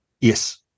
Yes